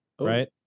right